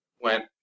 went